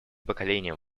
поколением